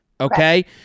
Okay